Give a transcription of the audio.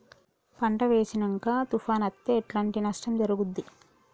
పంట వేసినంక తుఫాను అత్తే ఎట్లాంటి నష్టం జరుగుద్ది?